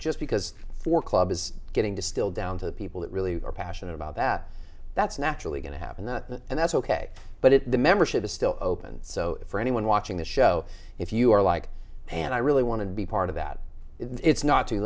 just because for club is getting distilled down to the people that really are passionate about that that's naturally going to happen the and that's ok but at the membership is still open so for anyone watching the show if you are like and i really want to be part of that it's not too